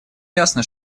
ясно